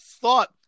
thought